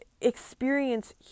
experience